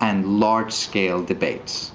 and large-scale debates.